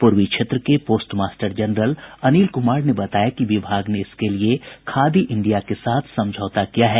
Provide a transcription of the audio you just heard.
पूर्वी क्षेत्र के postmaster general Anil Kumar ने बताया कि विभाग ने इसके लिए खादी इंडिया के साथ समझौता किया है